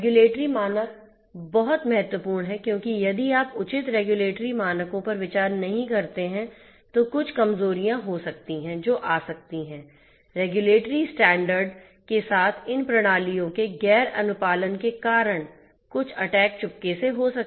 regulatory मानक बहुत महत्वपूर्ण हैं क्योंकि यदि आप उचित रेगुलेटरी मानकों पर विचार नहीं करते हैं तो कुछ कमजोरियां हो सकती हैं जो आ सकती हैं रेगुलेटरी स्टैंडर्ड के साथ इन प्रणालियों के गैर अनुपालन के कारण कुछ अटैक चुपके से हो सकते हैं